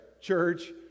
church